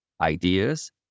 ideas